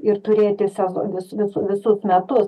ir turėti sezonini visų visus metus